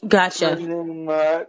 Gotcha